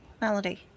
Melody